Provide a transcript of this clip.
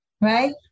right